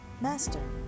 master